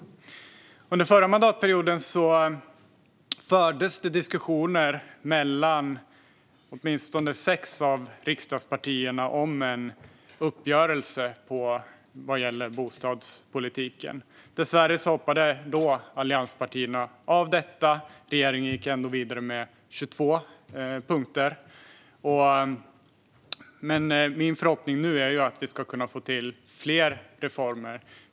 Under den förra mandatperioden fördes det diskussioner mellan åtminstone sex av riksdagspartierna om en uppgörelse vad gäller bostadspolitiken. Dessvärre hoppade allianspartierna av. Regeringen gick ändå vidare med 22 punkter. Men min förhoppning nu är att vi ska få till fler reformer.